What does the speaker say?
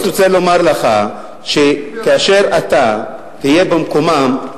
אני רוצה לומר לך שכאשר אתה תהיה במקומם,